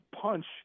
punch